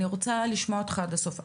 אני רוצה לשמוע אותך עד הסוף.